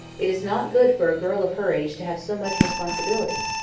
it is not good for a girl of her age to have so much responsibility.